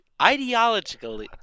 Ideologically